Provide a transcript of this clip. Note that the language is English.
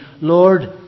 Lord